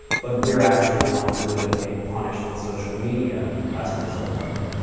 but we're actually the ones who end up getting punished on social media as a result of it.